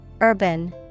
Urban